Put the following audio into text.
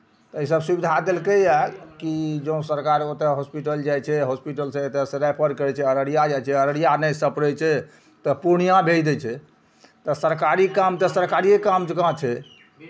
तऽ इसभ सुविधा देलकैए कि जँ सरकार ओतय हॉस्पिटल जाइ छै हॉस्पिटलसँ एतयसँ रेफर करै छै अररिया जाइ छै अररिया नहि सपरै छै तऽ पूर्णियाँ भेज दै छै तऽ सरकारी काम तऽ सरकारिए काम जकाँ छै